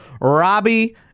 Robbie